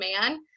man